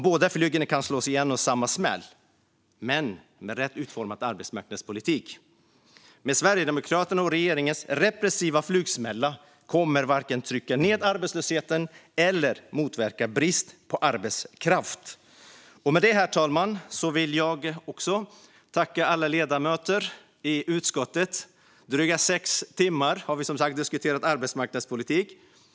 Man kan slå båda flugorna i en smäll, men med rätt utformad arbetsmarknadspolitik. Men Sverigedemokraternas och regeringens repressiva flugsmälla kommer varken att trycka ned arbetslösheten eller motverka brist på arbetskraft. Herr talman! Jag vill tacka alla ledamöter i utskottet. I drygt sex timmar har vi diskuterat arbetsmarknadspolitik.